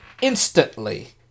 instantly